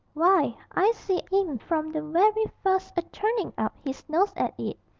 why, i see im from the werry fust a-turnin up his nose at it,